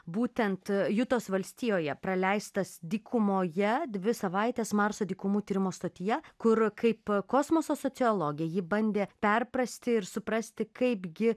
būtent jutos valstijoje praleistas dykumoje dvi savaites marso dykumų tyrimo stotyje kur kaip kosmoso sociologė ji bandė perprasti ir suprasti kaip gi